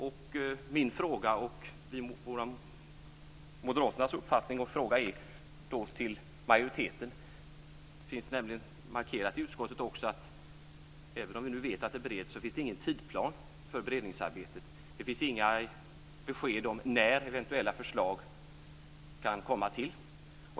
Där har vi moderater en uppfattning och en fråga till majoriteten. Det finns nämligen också markerat i utskottet att även om vi nu vet att det bereds finns det ingen tidsplan för beredningsarbetet. Det finns inga besked om när eventuella förslag kan komma till.